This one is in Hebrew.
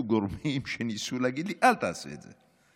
גורמים שניסו להגיד לי: אל תעשה את זה.